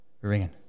ringing